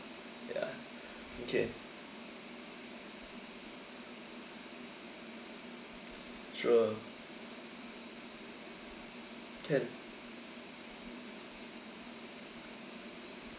ya okay sure can